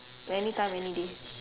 any time any day